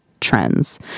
trends